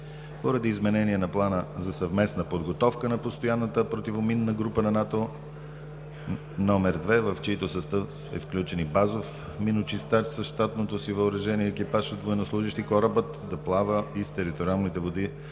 поради изменение на Плана за съвместна подготовка на Постоянната противоминна група на НАТО № 2, в чийто състав е включен и базов миночистач със щатното си въоръжение и екипаж от военнослужещи, корабът да плава и в териториалните води